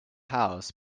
house